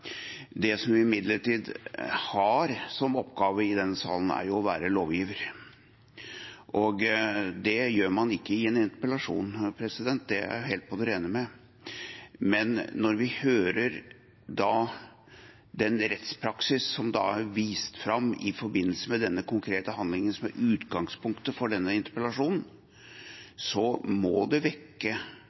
Det vi imidlertid har som oppgave i denne salen, er å være lovgiver. Det er man ikke i en interpellasjon. Det er jeg helt på det rene med. Men når vi hører den rettspraksis som er vist fram i forbindelse med denne konkrete handlingen som er utgangspunktet for denne interpellasjonen, så må det også vekke